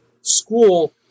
school